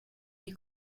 die